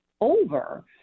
over